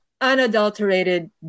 unadulterated